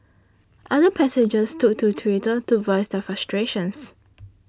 other passengers took to Twitter to voice their frustrations